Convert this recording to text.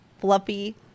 fluffy